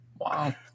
Wow